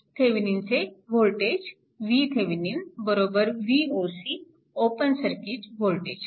थेविनिनचे voltage VThevenin Voc open circuit voltage